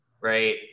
right